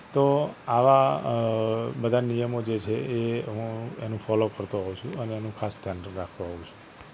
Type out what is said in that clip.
તો આવા બધા નિયમો જે છે એ હું એને ફૉલો કરતો હોઉં છું અને એનું ખાસ ધ્યાન રાખતો હોઉં છું